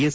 S